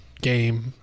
game